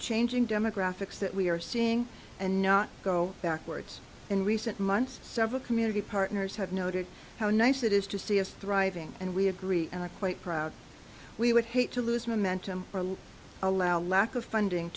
changing demographics that we are seeing and not go backwards in recent months several community partners have noted how nice it is to see a thriving and we agree quite proud we would hate to lose momentum allow lack of funding